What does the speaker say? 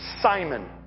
Simon